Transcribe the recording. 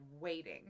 waiting